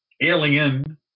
Alien